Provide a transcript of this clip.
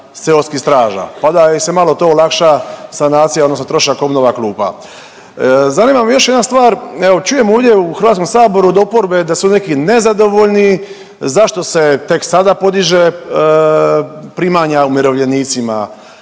seoskih straža pa da je se malo to olakša sanacija, odnosno trošak obnova klupa. Zanima me još jedna stvar, evo, čujem ovdje u HS-u od oporbe da su neki nezadovoljnim, zašto se tek sada podiže primanja umirovljenicima